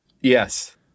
Yes